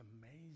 amazing